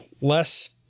less